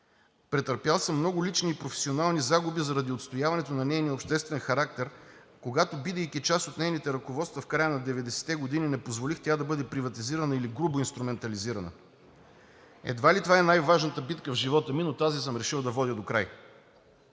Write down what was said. Претърпял съм много лични и професионални загуби заради отстояването на нейния обществен характер, когато, бидейки част от нейните ръководства в края на 90-те години, не позволих тя да бъде приватизирана или грубо инструментализирана. Едва ли това е най-важната битка в живота ми, но тази съм решил да водя докрай.